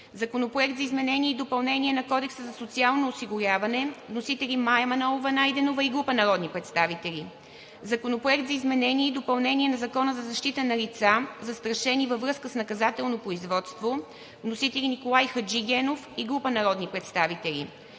Законопроект за изменение и допълнение на Кодекса за социално осигуряване. Вносители – Мая Манолова-Найденова и група народни представители. Законопроект за изменение и допълнение на Закона за защита на лица, застрашени във връзка с наказателно производство. Вносители – Николай Хаджигенов и група народни представители.